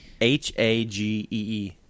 H-A-G-E-E